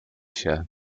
się